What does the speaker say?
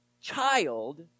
child